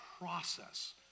process